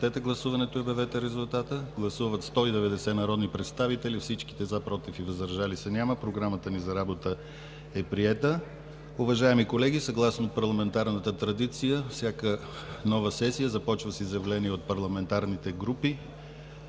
гласувате програмата. Гласували 190 народни представители: за 190, против и въздържали се няма. Програмата за работа е приета. Уважаеми колеги, съгласно парламентарната традиция, всяка нова сесия започва с изявления от парламентарните групи